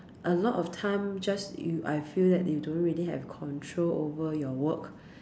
a lot of time just you I feel that you don't really have control over your work